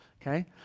Okay